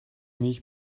mich